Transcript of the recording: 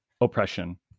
oppression